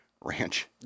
ranch